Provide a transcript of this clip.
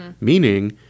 meaning